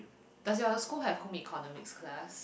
does your school have home economics class